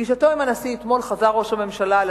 בפגישתו עם הנשיא אתמול חזר ראש הממשלה על